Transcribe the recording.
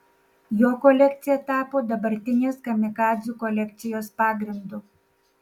jo kolekcija tapo dabartinės kamikadzių kolekcijos pagrindu